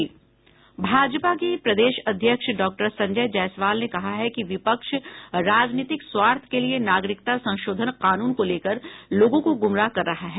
भाजपा के प्रदेश अध्यक्ष डॉक्टर संजय जायसवाल ने कहा है कि विपक्ष राजनीतिक स्वार्थ के लिए नागरिकता संशोधन कानून को लेकर लोगों को गुमराह कर रहा है